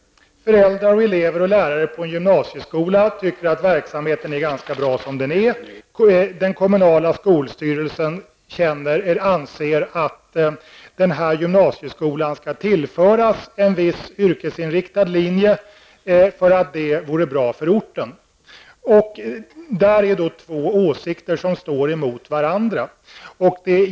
Föräldrar, elever och lärare på en gymnasieskola tycker att verksamheten är ganska bra som den är. Den kommunala skolstyrelsen anser att gymnasieskolan skall tillföras en viss yrkesinriktad linje därför att det vore bra för orten. Det är alltså två åsikter som står emot varandra.